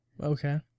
Okay